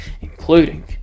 including